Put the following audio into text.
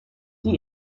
die